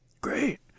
Great